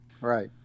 Right